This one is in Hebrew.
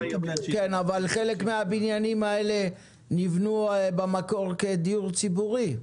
חלק מהבניינים האלה נבנו במקור כדיור ציבורי,